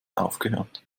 aufgehört